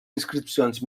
inscripcions